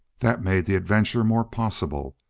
that made the adventure more possible.